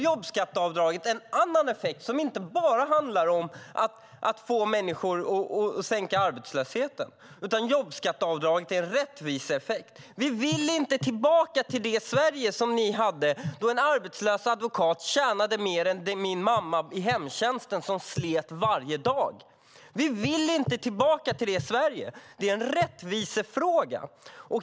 Jobbskatteavdraget har en annan effekt, som inte bara handlar om att sänka arbetslösheten, och det är en rättviseeffekt. Vi vill inte tillbaka till det Sverige som ni hade då en arbetslös advokat tjänade mer än min mamma i hemtjänsten som slet varje dag. Vi vill inte tillbaka till det Sverige. Det är en rättvisefråga.